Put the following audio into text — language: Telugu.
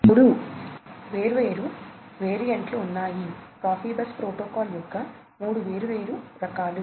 మూడు వేర్వేరు వేరియంట్లు ఉన్నాయి ప్రొఫైబస్ ప్రోటోకాల్ యొక్క మూడు వేర్వేరు రకాలు